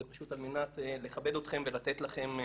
זה פשוט על מנת לכבד אתכם ולתת לכם.